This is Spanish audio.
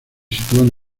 sitúan